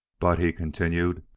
but, he continued,